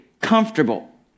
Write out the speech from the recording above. comfortable